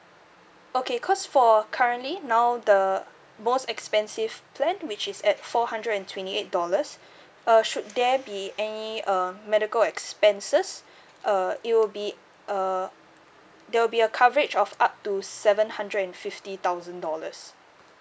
okay cause for currently now the most expensive plan which is at four hundred and twenty eight dollars uh should there be any uh medical expenses uh it will be uh there will be a coverage of up to seven hundred and fifty thousand dollars